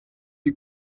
die